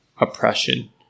oppression